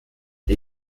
der